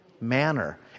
manner